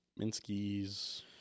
Minsky's